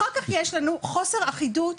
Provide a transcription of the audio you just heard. אחר כך יש לנו חוסר אחידות,